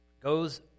goes